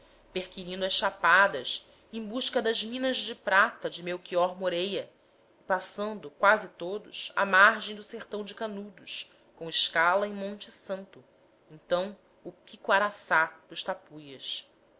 perquirindo as chapadas em busca das minas de prata de melchior moréia e passando quase todos à margem do sertão de canudos com escala em monte santo então o piquaraçá dos tapuias